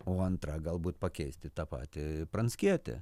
o antra galbūt pakeisti tą patį pranckietį